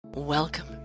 Welcome